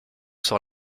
sur